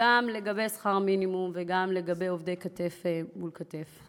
גם לגבי שכר המינימום וגם לגבי עובדי כתף אל כתף.